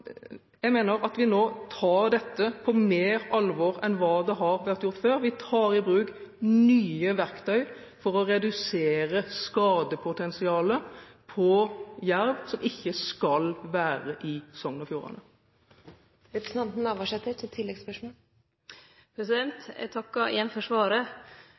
Jeg mener at vi nå tar dette mer på alvor enn det har vært gjort før. Vi tar i bruk nye verktøy for å redusere skadepotensialet på jerv som ikke skal være i Sogn og Fjordane. Eg takkar igjen for svaret.